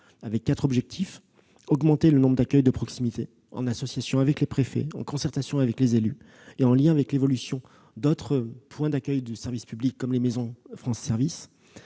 avec quatre objectifs : premièrement, augmenter le nombre d'accueils de proximité en association avec les préfets, en concertation avec les élus et en lien avec l'évolution d'autres points d'accueil du service public, comme les maisons France services